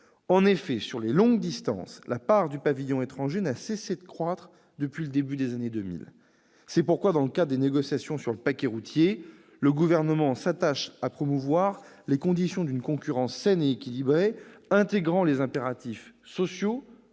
En effet, sur les longues distances, la part du pavillon étranger n'a cessé de croître depuis le début des années 2000. C'est pourquoi, dans le cadre des négociations sur le paquet routier, le Gouvernement s'attache à promouvoir les conditions d'une concurrence saine et équilibrée intégrant les impératifs sociaux,